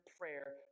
prayer